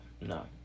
no